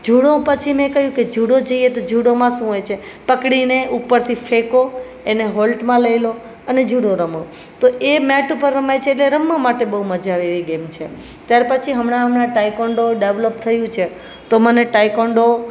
judo પછી મેં કહ્યું જુડો જઈએ તો જુડો માં શું હોય છે પકડીને ઉપરથી ફેંકો એને હોલ્ટમાં લઈલો અને જુડો રમો તો એ મેટ ઉપર રમાય છે એટલે રમવા માટે બહુ મજા આવે એવી ગેમ છે ત્યાર પછી હમણાં ટાયકોન્ડો ડેવલોપ થયું છે તો મને ટાયકોન્ડો